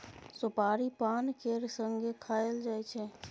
सोपारी पान केर संगे खाएल जाइ छै